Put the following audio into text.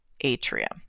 atrium